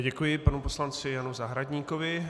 Děkuji panu poslanci Janu Zahradníkovi.